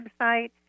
website